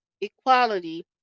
equality